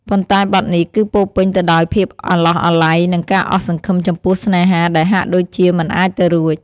ប៉ុន្តែបទនេះ គឺពោរពេញទៅដោយភាពអាឡោះអាល័យ និងការអស់សង្ឃឹមចំពោះស្នេហាដែលហាក់ដូចជាមិនអាចទៅរួច។